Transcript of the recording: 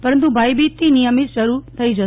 પરંતુ ભાઈબીજથી નિયમિત શરુ રહી જશે